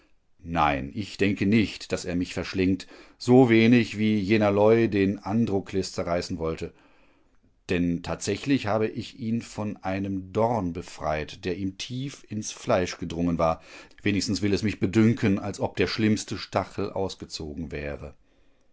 nein ich denke nicht daß er mich verschlingt sowenig wie jener leu den androkles zerreißen wollte denn tatsächlich habe ich ihn von einem dorn befreit der ihm tief ins fleisch gedrungen war wenigstens will es mich bedünken als ob der schlimmste stachel ausgezogen wäre